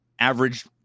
average